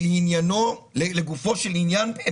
לגופו של עניין,